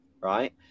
Right